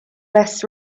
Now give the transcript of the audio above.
less